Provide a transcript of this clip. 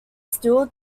steel